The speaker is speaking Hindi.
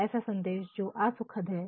ऐसा संदेश जो असुखद है